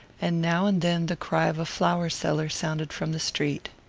and now and then the cry of a flower-seller sounded from the street.